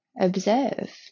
observe